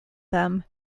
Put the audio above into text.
them